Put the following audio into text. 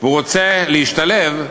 והוא רוצה להשתלב,